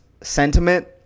sentiment